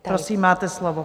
Prosím, máte slovo.